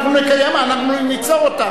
אנחנו ניצור אותה.